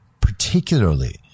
particularly